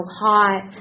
hot